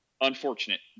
Unfortunate